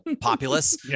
populace